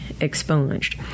expunged